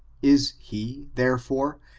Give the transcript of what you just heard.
is he, therefore,